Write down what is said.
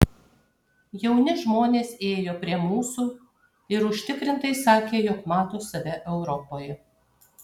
jauni žmonės ėjo prie mūsų ir užtikrintai sakė jog mato save europoje